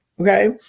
okay